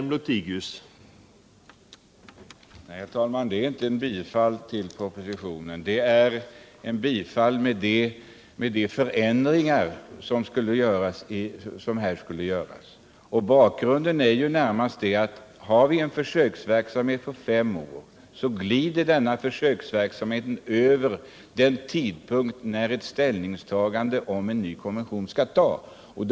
Herr talman! Det är inte bifall till propositionen — det är ett bifall till de förändringar som skulle göras. Och bakgrunden är närmast den, att om vi har en försöksverksamhet på fem år, så blir det en period med försöksverksamhet som passerar den tidpunkt när ett ställningstagande om en ny konvention skall göras.